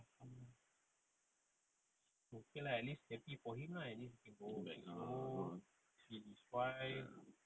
came back ah